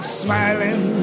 smiling